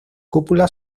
cúpula